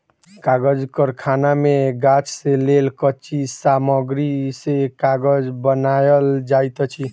कागज़ कारखाना मे गाछ से लेल कच्ची सामग्री से कागज़ बनायल जाइत अछि